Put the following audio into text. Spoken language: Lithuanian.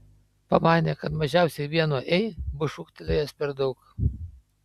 pamanė kad mažiausiai vienu ei bus šūktelėjęs per daug